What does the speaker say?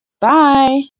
Bye